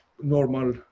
Normal